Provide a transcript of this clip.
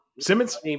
Simmons